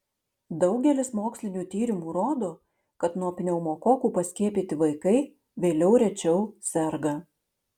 daugelis mokslinių tyrimų rodo kad nuo pneumokokų paskiepyti vaikai vėliau rečiau serga